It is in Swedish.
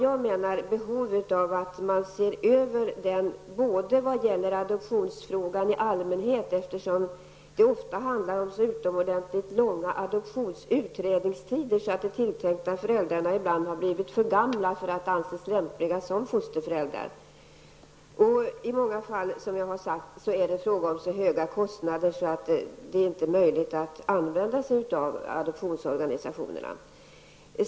Jag menar för det första att adoptionsfrågan behöver ses över i allmänhet, eftersom det ofta handlar om så utomordentligt långa utredningstider att de tilltänkta föräldrarna ibland har blivit för gamla för att anses lämpliga som fosterföräldrar. I många fall är, som jag har sagt, kostnaderna så höga att det inte är möjligt att använda adoptionsorganisationerna.